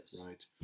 right